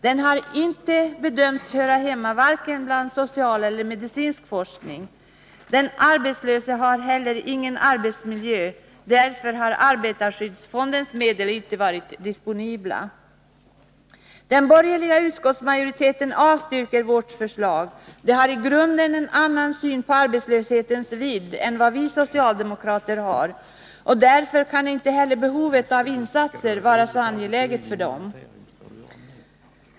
Den har inte bedömts höra hemma bland vare sig social eller medicinsk forskning. Den arbetslöse har heller ingen arbetsmiljö, och därför har arbetarskyddsfondens medel inte varit disponibla. Den borgerliga utskottsmajoriteten avstyrker vårt förslag. De borgerliga har i grunden en annan syn på arbetslöshetens vidd än vad vi socialdemokrater har, och därför kan inte heller behovet av insatser vara så angeläget för dem.